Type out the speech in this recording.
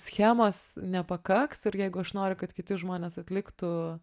schemos nepakaks ir jeigu aš noriu kad kiti žmonės atliktų